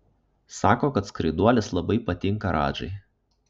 sako kad skraiduolis labai patinka radžai